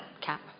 cap